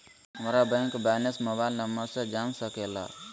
हमारा bank balance mobile number से जान सके ला?